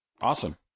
Awesome